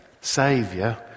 saviour